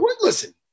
listen